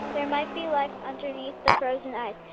there might be life underneath the frozen ice.